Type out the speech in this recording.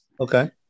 okay